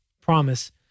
promise